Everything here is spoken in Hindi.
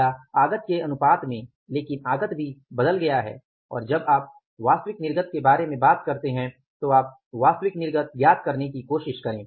या आगत के अनुपात में लेकिन आगत भी बदल गया है और जब आप वास्तविक निर्गत के बारे में बात करते हैं तो आप वास्तविक निर्गत ज्ञात करने की कोशिश करें